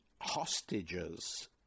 hostages